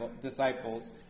disciples